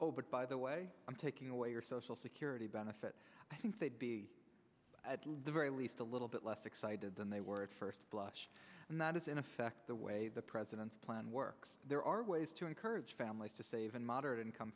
but by the way i'm taking away your social security benefits i think they'd be at the very least a little bit less excited than they were at first blush and that is in effect the way the president's plan works there are ways to encourage families to save and moderate income